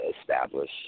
establish